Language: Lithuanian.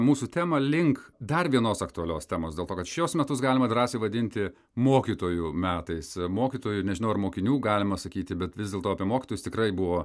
mūsų temą link dar vienos aktualios temos dėl to kad šiuos metus galima drąsiai vadinti mokytojų metais mokytojų nežinau ar mokinių galima sakyti bet vis dėlto apie mokytojus tikrai buvo